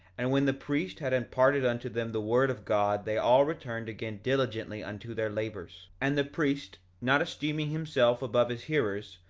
and when the priest had imparted unto them the word of god they all returned again diligently unto their labors and the priest, not esteeming himself above his hearers,